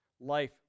Life